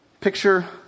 Picture